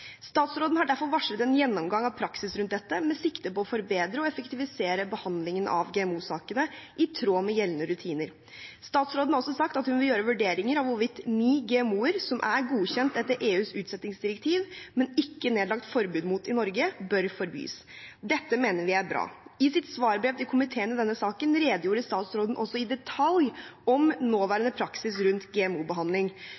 Statsråden har derfor varslet en gjennomgang av praksis rundt dette, med sikte på å forbedre og effektivisere behandlingen av GMO-sakene, i tråd med gjeldende rutiner. Statsråden har også sagt at hun vil gjøre vurderinger av hvorvidt ni GMO-er, som er godkjent etter EUs utsettingsdirektiv, men ikke nedlagt forbud mot i Norge, bør forbys. Dette mener vi er bra. I sitt svarbrev til komiteen i denne saken redegjorde statsråden også i detalj om nåværende praksis rundt